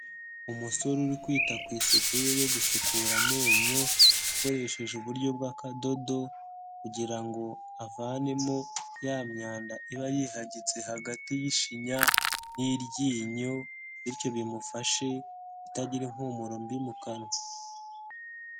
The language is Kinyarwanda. Umusore uri kwita ku isuku ye yo gusukura amenyo, akoresheje uburyo bw'akadodo kugira ngo avanemo ya myanda iba yihagitse hagati y'ishinya n'iryinyo, bityo bimufashe kutagira impumuro mbi mu kanwa.